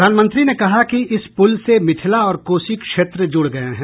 प्रधानमंत्री ने कहा कि इस पुल से मिथिला और कोसी क्षेत्र जुड़ गए हैं